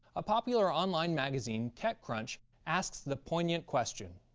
a popular online magazine, tech crunch asks the poignant question